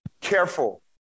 Careful